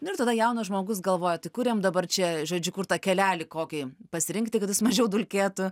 nu ir tada jaunas žmogus galvoja tik kur jam dabar čia žodžiu kur tą kelelį kokį pasirinkti kad tas mažiau dulkėtų